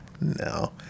No